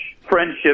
Friendship